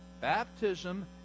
Baptism